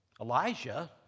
Elijah